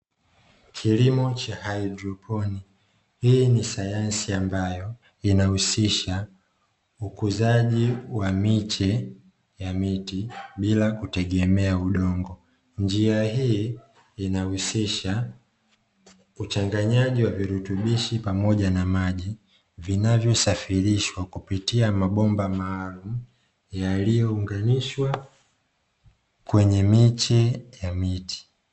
Kilimo cha haidroponi. Hii ni sayansi ambayo inahusisha ukuzaji wa miche ya miti bila kutegemea udongo. Njia hii inahusisha uchanganyaji wa virutubishi pamoja na maji, vinavyosafirishwa kupitia mabomba maalumu yaliyounganishwa kwenye miche ya miti.